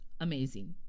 amazing